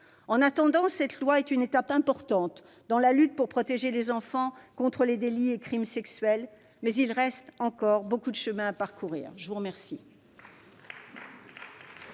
En attendant, cette loi est une étape importante dans la lutte pour protéger les enfants contre les délits et crimes sexuels, mais il reste encore beaucoup de chemin à parcourir. La parole